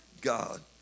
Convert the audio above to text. God